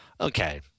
Okay